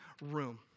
room